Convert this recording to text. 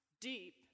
deep